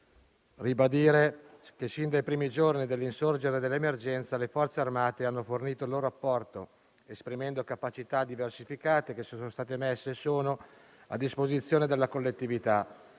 ribadire che, sin dai primi giorni dell'insorgere dell'emergenza, le Forze armate hanno fornito il loro apporto, esprimendo capacità diversificate che sono state messe - e sono - a disposizione della collettività,